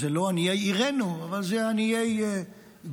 זה לא עניי עירנו אבל זה עניי ג'רש,